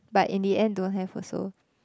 but in the end don't have also